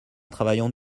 travaillant